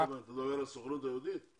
אתה מתכוון לסוכנות היהודית?